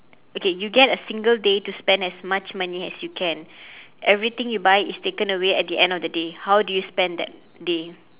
okay you get a single day to spend as much money as you can everything you buy is taken away at the end of the day how do you spend that day